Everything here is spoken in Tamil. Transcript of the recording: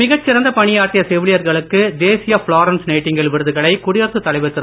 மிகச் சிறந்த பணியாற்றிய செவிலியர்களுக்கு தேசிய ஃப்லாரன்ஸ் நைட்டங்கேல் விருதுகளை குடியரசுத் தலைவர் திரு